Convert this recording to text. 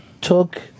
took